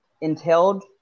entailed